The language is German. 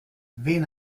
wen